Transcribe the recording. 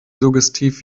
suggestiv